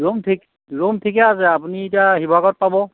room ঠিক room ঠিকে আছে আপুনি এতিয়া শিৱসাগৰত পাব